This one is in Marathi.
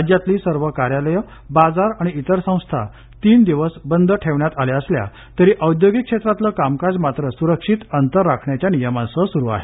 राज्यातली सर्व कार्यालयं बाजार आणि इतर संस्था तीन दिवस बंद ठेवण्यात आल्या असल्या तरी औद्योगिक क्षेत्रातलं कामकाज मात्र सुरक्षित अंतर राखण्याच्या नियमांसह सुरू आहे